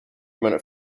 amount